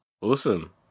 awesome